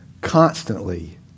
constantly